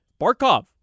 Barkov